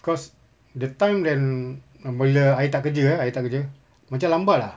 cause the time when mula mula I tak kerja eh I tak kerja macam lambat ah